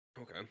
okay